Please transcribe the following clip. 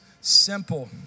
simple